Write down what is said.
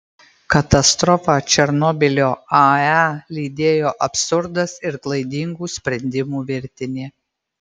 katastrofą černobylio ae lydėjo absurdas ir klaidingų sprendimų virtinė